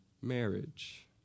marriage